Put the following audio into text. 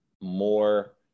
more